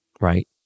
Right